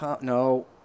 no